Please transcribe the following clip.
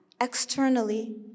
externally